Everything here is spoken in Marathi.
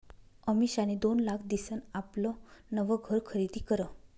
अमिषानी दोन लाख दिसन आपलं नवं घर खरीदी करं